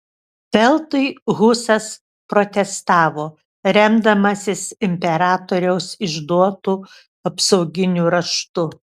veltui husas protestavo remdamasis imperatoriaus išduotu apsauginiu raštu